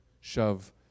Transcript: shove